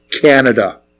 Canada